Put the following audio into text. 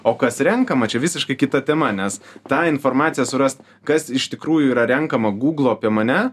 o kas renkama čia visiškai kita tema nes tą informaciją surast kas iš tikrųjų yra renkama gūglo apie mane